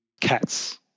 cats